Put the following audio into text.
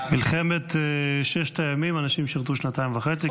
במלחמת ששת הימים אנשים שירתו שנתיים וחצי,